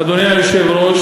אדוני היושב-ראש,